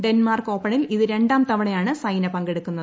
Denmark ഓപ്പ്ബിൽ ഇത് രണ്ടാം തവണയാണ് സൈന പങ്കെടുക്കുന്നത്